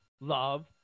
love